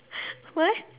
what